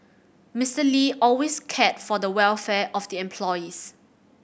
Mister Lee always cared for the welfare of the employees